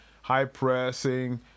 high-pressing